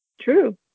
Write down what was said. True